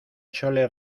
chole